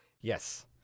Yes